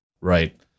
Right